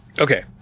Okay